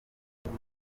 ijwi